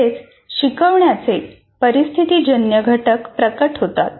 तेथेच शिकवण्याचे परिस्थितीजन्य घटक प्रकट होतात